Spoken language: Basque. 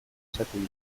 esaten